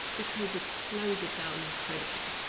because it slows it down incredibly.